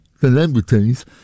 celebrities